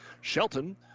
Shelton